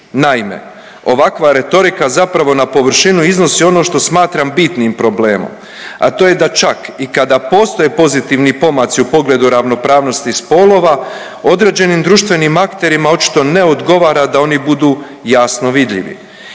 Naime, ovakva retorika zapravo na površinu iznosi ono što smatram bitnim problemom, a to je da čak i kada postoje pozitivni pomaci u pogledu ravnopravnosti spolova određenim društvenim akterima očito ne odgovara da oni budu jasno vidljivi.